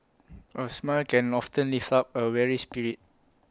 A smile can often lift up A weary spirit